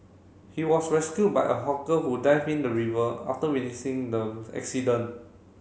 he was rescued by a hawker who dived in the river after witnessing the accident